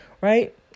right